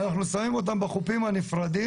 אנחנו שמים אותם בחופים הנפרדים,